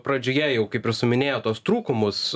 pradžioje jau kaip ir suminėjo tuos trūkumus